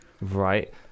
right